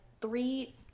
three